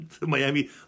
Miami